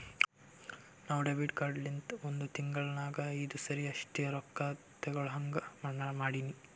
ನಾ debit card ಲಿಂತ ಒಂದ್ ತಿಂಗುಳ ನಾಗ್ ಐಯ್ದು ಸರಿ ಅಷ್ಟೇ ರೊಕ್ಕಾ ತೇಕೊಳಹಂಗ್ ಮಾಡಿನಿ